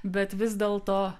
bet vis dėlto